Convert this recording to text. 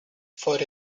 for